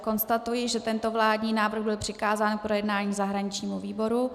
Konstatuji, že tento vládní návrh byl přikázán k projednání zahraničnímu výboru.